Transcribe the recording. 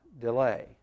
delay